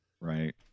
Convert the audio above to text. right